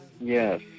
Yes